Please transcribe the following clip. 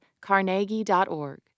carnegie.org